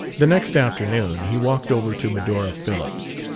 the next afternoon he walked over to medora phillips.